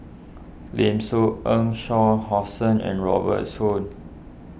Lim Soo Ngee Shah Hussain and Robert Soon